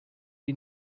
die